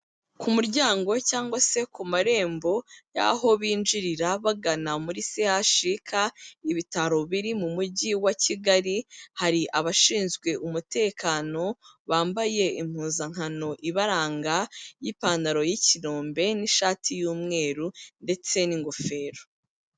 Ku muryango cyangwa se ku marembo y'aho binjirira bagana muri CHUK, ibitaro biri mu Mujyi wa Kigali, hari abashinzwe umutekano, bambaye impuzankano ibaranga y'ipantaro y'ikirombe n'ishati y'umweru ndetse n'ingofero.